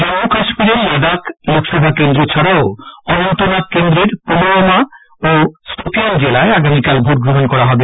জম্মু কাশ্মীরের লাডাক লোকসভা কেন্দ্র ছাডাও অনন্তনাগ কেন্দ্রের পুলুওমা ও সোপিয়ান জেলায় আগামীকাল ভোট গ্রহণ করা হবে